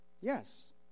Yes